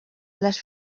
les